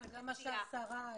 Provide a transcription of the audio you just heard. מציעה.